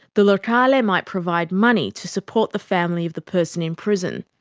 the locale and might provide money to support the family of the person in prison.